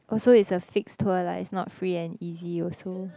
oh so is a fixed tour lah is not free and easy also